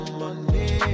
money